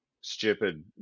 stupid